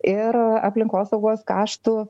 ir aplinkosaugos kaštų